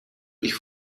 ich